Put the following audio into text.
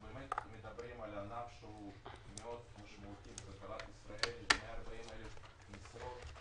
אנחנו מדברים על ענף מאוד משמעותי לכלכלת ישראל עם 140,000 משרות.